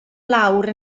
lawr